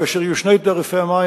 כאשר יהיו שני תעריפי מים,